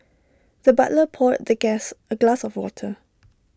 the butler poured the guest A glass of water